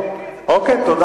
השר מוכשר,